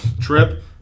trip